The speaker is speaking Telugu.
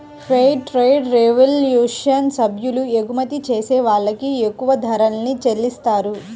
ఫెయిర్ ట్రేడ్ రెవల్యూషన్ సభ్యులు ఎగుమతి చేసే వాళ్ళకి ఎక్కువ ధరల్ని చెల్లిత్తారు